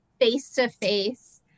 face-to-face